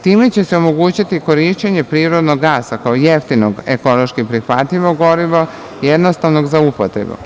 Time će se omogućiti korišćenje prirodnog gasa kao jeftinog ekološki prihvatljivog goriva jednostavnog za upotrebu.